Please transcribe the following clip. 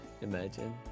Imagine